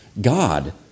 God